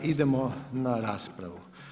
Idemo na raspravu.